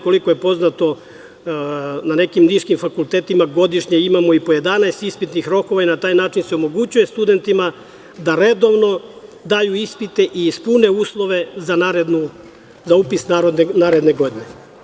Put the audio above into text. Koliko je meni poznato, ne nekim niškim fakultetima godišnje imamo i po 11 ispitnih rokova i na taj način se omogućuje studentima da redovno daju ispite i ispune uslove za upis naredne godine.